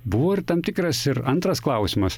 buvo ir tam tikras ir antras klausimas